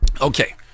okay